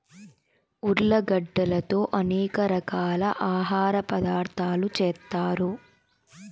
ఉర్లగడ్డలతో అనేక రకాల ఆహార పదార్థాలు తయారు చేత్తారు